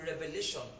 revelation